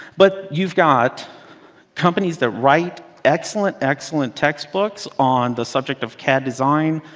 but you've got companies that write excellent, excellent textbooks on the subject of cad design.